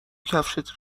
کفشت